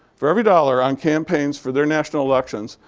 for every dollar on campaigns for their national elections,